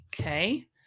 Okay